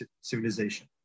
civilization